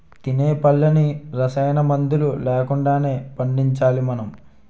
తినే పళ్ళన్నీ రసాయనమందులు లేకుండానే పండించాలి మనం